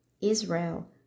Israel